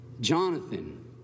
Jonathan